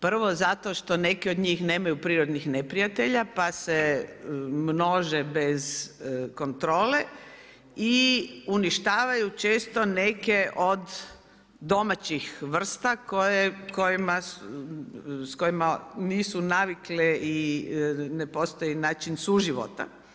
Prvo, zato što neke od njih nemaju prirodnih neprijatelja pa se množe bez kontrole i uništavaju često neke od domaćih vrsta s kojima nisu navikle i ne postoji način suživota.